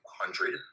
hundred